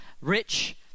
rich